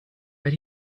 but